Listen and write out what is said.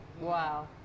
Wow